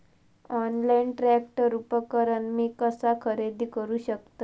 Online tractor उपकरण मी कसा खरेदी करू शकतय?